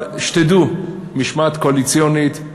אבל שתדעו: משמעת קואליציונית,